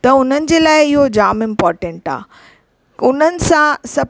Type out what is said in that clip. त हुननि जे लाइ इहो जाम इम्पोर्टेंट आहे उन्हनि सां सभु